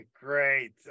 great